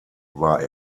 war